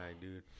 dude